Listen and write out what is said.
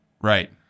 Right